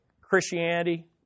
Christianity